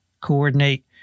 coordinate